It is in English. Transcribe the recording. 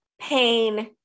pain